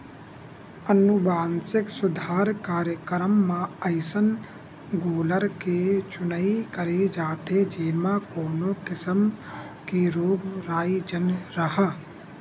अनुवांसिक सुधार कार्यकरम म अइसन गोल्लर के चुनई करे जाथे जेमा कोनो किसम के रोग राई झन राहय